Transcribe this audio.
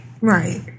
Right